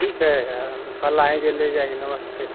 ठीक है हम कल आएँगे ले जाएँगे नमस्ते